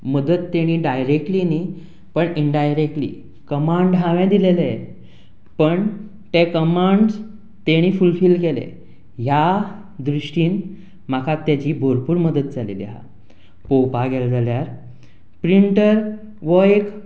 मदत ताणें डायरेक्टली न्हय पूण इनडायरेक्टली कमांड हांवें दिल्ले पूण ते कमांड्स ताणें फुलफिल केले ह्या दृश्टीन म्हाका ताजी भरपूर मदत जाल्ली आसा पळोवपाक गेले जाल्यार प्रिंटर हो एक